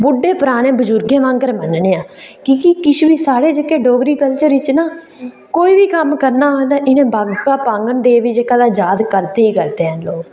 बुड्ढे पराने बजु्र्गें आंगर मन्नने आं कि जे किश बी साढ़े जेह्के डोगरी कल्चर च कोई बी कम्म करना होऐ ते बाबे पांगङ देव गी याद करदे गै करदे न लोक